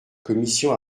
commission